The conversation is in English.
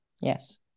yes